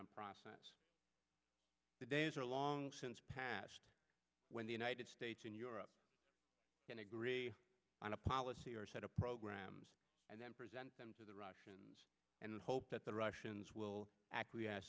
on process the days are long since past when the united states and europe can agree on a policy or set of programs and then present them to the russians and hope that the russians will acquiesce